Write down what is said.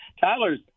Tyler's